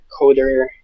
coder